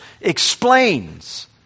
explains